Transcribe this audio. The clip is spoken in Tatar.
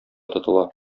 тотыла